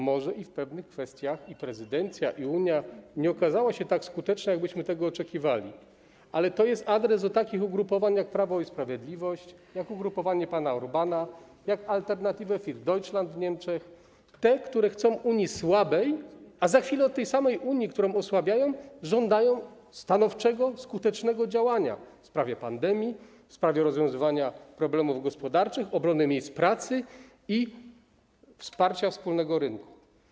Może w pewnych kwestiach prezydencja, Unia nie okazały się tak skuteczne, jakbyśmy tego oczekiwali, ale z tym - pod adres takich ugrupowań jak Prawo i Sprawiedliwość, jak ugrupowanie pana Orbána, jak Alternative für Deutschland w Niemczech, tych, które chcą Unii słabej, a za chwilę od tej samej Unii, którą osłabiają, żądają stanowczego, skutecznego działania w sprawie pandemii, w sprawie rozwiązywania problemów gospodarczych, obrony miejsc pracy i wsparcia wspólnego rynku.